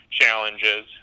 challenges